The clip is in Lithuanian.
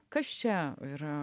kas čia yra